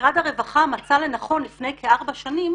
ומשרד הרווחה מצא לנכון לפני כארבע שנים